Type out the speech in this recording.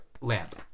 lamp